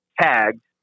tagged